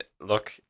look